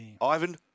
Ivan